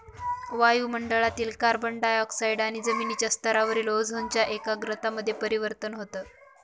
वायु मंडळातील carbon dioxide आणि जमिनीच्या स्तरावरील ओझोनच्या एकाग्रता मध्ये परिवर्तन होतं